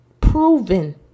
proven